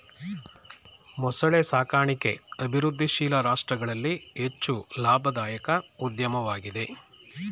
ಮೊಸಳೆ ಸಾಕಣಿಕೆ ಅಭಿವೃದ್ಧಿಶೀಲ ರಾಷ್ಟ್ರಗಳಲ್ಲಿ ಹೆಚ್ಚು ಲಾಭದಾಯಕ ಉದ್ಯಮವಾಗಿದೆ